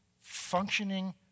functioning